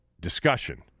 discussion